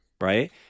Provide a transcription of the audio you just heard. right